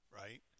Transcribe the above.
Right